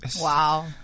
wow